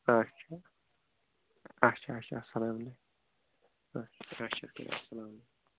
اَچھا اَچھا اَچھا السَلامُ علیکُم اَچھا